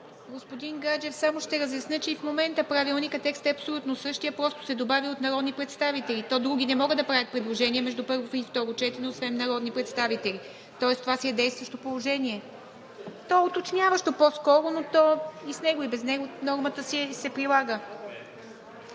Господин Гаджев, само ще разясня, че и в момента в Правилника текстът е абсолютно същият. Просто се добавя „от народни представители“. То други не могат да правят предложения между първо и второ четене, освен народни представители. Тоест това си е действащо положение. То е уточняващо по-скоро, но с него и без него, нормата се прилага.